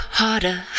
harder